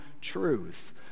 truth